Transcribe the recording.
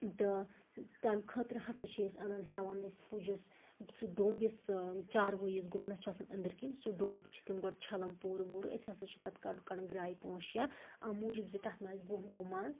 تہٕ تَمہِ خٲطرٕ ہَسا چھِ أسۍ انان ہیٚوان أسۍ پُجِس سُہ ڈوٚمب یُس ٲں چاروٲیِس گُپنَس چھُ آسان أنٛدٕرۍ کِنۍ سُہ ڈوٚمب چھِ تِم گۄڈٕ چھَلان پوٗرٕ أسۍ ہَسا چھِ تتھ گۄڈٕ کَڑان گرٛایہِ پٲنٛژھ شےٚ اَمہِ موٗجوٗب زِ تتھ ما آسہِ گُہہ وُہ مَنٛز